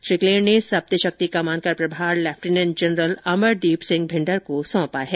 श्री क्लेर ने सप्त शक्ति कमान का प्रभार लेफिटनेंट जनरल अमरदीप सिंह भिण्डर को सौंपा है